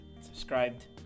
subscribed